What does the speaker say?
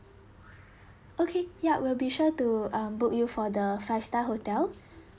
okay ya we'll be sure to uh book you for the five star hotel